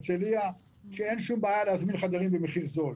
ירושלים והרצליה שבהם אין שום בעיה להזמין חדרים במחיר זול,